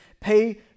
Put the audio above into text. pay